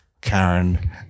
Karen